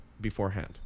beforehand